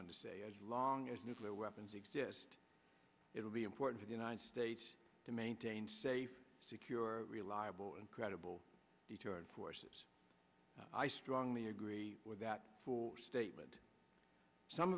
on to say as long as nuclear weapons exist it will be important for the united states to maintain safe secure reliable and credible deterrent forces i strongly agree with that for statement some